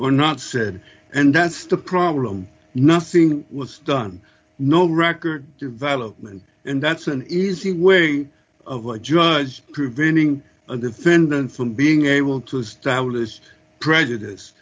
or not said and that's the problem nothing was done no record development and that's an easy way of a judge preventing a defendant from being able to stylist prejudice